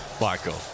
Michael